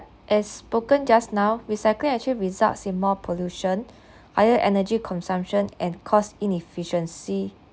as spoken just now recycling actual results in more pollution higher energy consumption and cost inefficiency